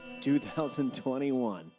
2021